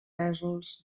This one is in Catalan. pèsols